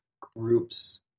groups